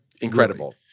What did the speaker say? incredible